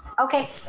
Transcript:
Okay